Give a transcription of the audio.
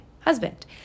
husband